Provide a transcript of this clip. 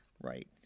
right